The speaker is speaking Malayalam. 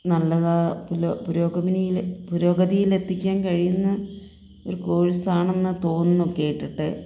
നല്ലതാ പുരോഗമനിയിൽ പുരോഗതിയിലെത്തിക്കാൻ കഴിയുന്ന ഒരു കോഴ്സാണെന്ന് തോന്നുന്നു കേട്ടിട്ട്